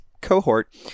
cohort